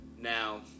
Now